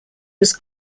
was